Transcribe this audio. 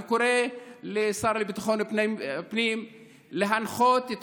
אני קורא לשר לביטחון הפנים להנחות את